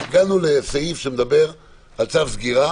הגענו לסעיף שמדבר על צו סגירה